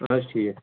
اَہَِن حظ ٹھیٖک